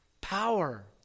power